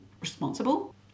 responsible